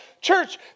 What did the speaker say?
Church